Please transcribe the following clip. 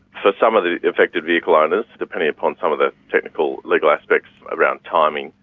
but some of the affected vehicle owners, depending upon some of the technical legal aspects around timing,